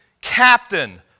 captain